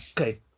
Okay